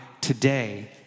today